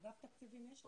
את אגף התקציבים יש לנו.